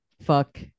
Fuck